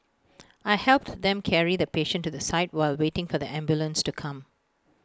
I helped them carry the patient to the side while waiting for the ambulance to come